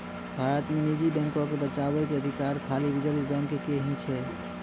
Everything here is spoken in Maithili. भारत मे निजी बैको के बचाबै के अधिकार खाली रिजर्व बैंक के ही छै